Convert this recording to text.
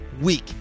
week